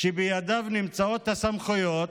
שבידיו נמצאות הסמכויות,